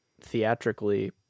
theatrically